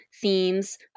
themes